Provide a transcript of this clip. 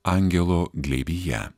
angelo glėbyje